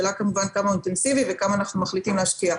השאלה רק כמה הוא אינטנסיבי וכמה אנחנו מחליטים להשקיע.